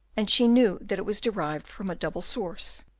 and she knew that it was derived from a double source,